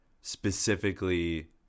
specifically